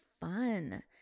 fun